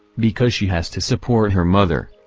because she has to support her mother.